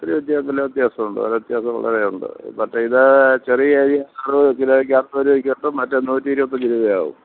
ഒത്തിരി വ്യത്യാസല്ല്യ വ്യത്യാസമുണ്ട് വില വ്യത്യസം വളരെ ഉണ്ട് മറ്റേ ഇത് ചെറിയ അരി അറുപത് കിലോയ്ക്ക് അൻപത് രൂപക്ക് കിട്ടും മറ്റേ നൂറ്റി ഇരുപത്തഞ്ച് രുപയാവും